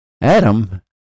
Adam